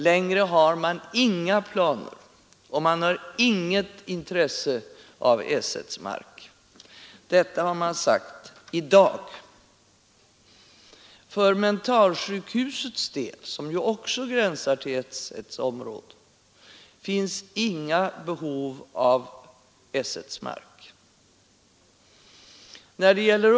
Längre än så har man inga planer, och man har inget intresse av S 1:s mark. Detta har man sagt i dag. För mentalsjukhusets del, som också gränsar till S 1:s område, finns inga behov av S 1:s mark.